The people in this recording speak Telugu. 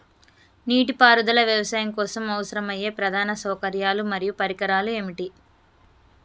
నీటిపారుదల వ్యవసాయం కోసం అవసరమయ్యే ప్రధాన సౌకర్యాలు మరియు పరికరాలు ఏమిటి?